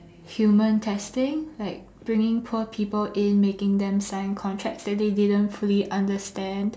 human testing like bringing poor people in making them sign contracts that they didn't fully understand